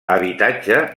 habitatge